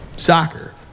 Soccer